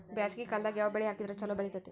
ಬ್ಯಾಸಗಿ ಕಾಲದಾಗ ಯಾವ ಬೆಳಿ ಹಾಕಿದ್ರ ಛಲೋ ಬೆಳಿತೇತಿ?